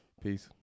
Peace